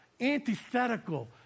antithetical